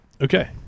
Okay